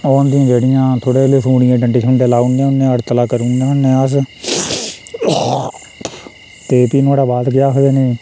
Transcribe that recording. ओह् उं'दी जेह्डियां थोह्डे लसूनियां डंडे छुंडे लाउड़ने होन्ने अस अड़तला करुने होन्ने अस ते फ्ही नुहाड़ा बाद केह् आखदे उ'नें